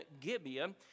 Gibeah